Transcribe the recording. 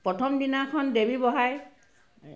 প্ৰথম দিনাখন দেৱী বহায়